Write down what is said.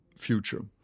future